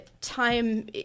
Time